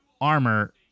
armor